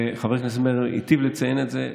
וחבר הכנסת מרגי היטיב לציין את זה,